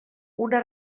una